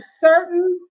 certain